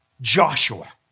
Joshua